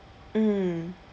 mm